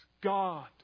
God